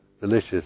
delicious